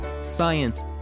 Science